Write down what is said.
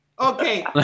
Okay